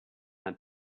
had